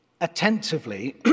attentively